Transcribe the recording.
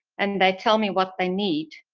and they tell me what they need.